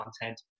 content